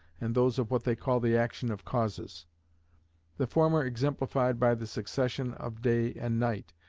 and those of what they call the action of causes the former exemplified by the succession of day and night,